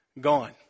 gone